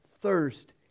thirst